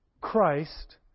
Christ